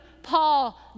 Paul